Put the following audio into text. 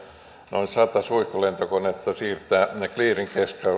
noin sata suihkulentokonetta siirtää ne clearing